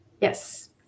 Yes